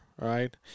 right